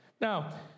Now